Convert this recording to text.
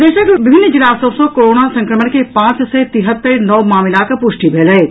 प्रदेशक विभिन्न जिला सभ सँ कोरोना संक्रमण के पांच सय तिहत्तरि नव मामिलाक पुष्टि भेल अछि